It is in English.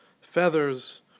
feathers